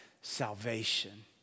salvation